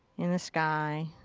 in the sky.